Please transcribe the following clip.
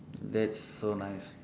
that's so nice